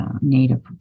Native